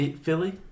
Philly